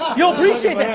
you'll appreciate